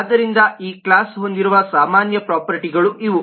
ಆದ್ದರಿಂದ ಈ ಕ್ಲಾಸ್ ಹೊಂದಿರುವ ಸಾಮಾನ್ಯ ಪ್ರೊಪರ್ಟಿಗಳು ಇವು